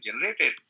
generated